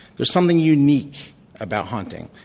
there's something unique about hunting,